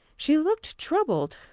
she looked troubled.